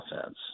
offense